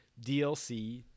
DLC